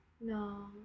No